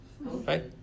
Right